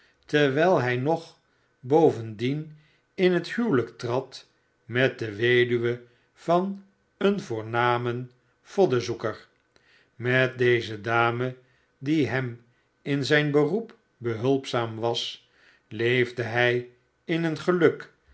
terwijl hij nog bovendien in het huwelijk trad met de weduwe van een voornamen voddenzoeker met deze dame die hem in zijn beroep behulpzaam was leefde hij in een geluk